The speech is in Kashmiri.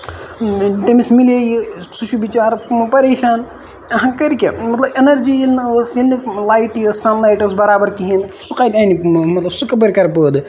تٔمِس مِلے یہِ سُہ چھُ بَچارٕ پَریشان اَہنہٕ کَرِ کیاہ مطلب اینَرجی ییٚلہِ نہٕ ٲس ییٚلہِ نہٕ لایِٹے ٲس سَن لایٹ ٲس برابر کِہینۍ نہٕ سُہ کَتہِ اَنہِ مطلب سُہ کپٲرۍ کرِ پٲدٕ